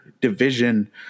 division